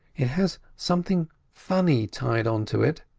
it has something funny tied on to it,